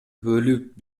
бөлүп